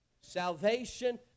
Salvation